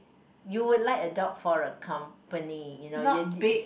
you would like a dog for a company you know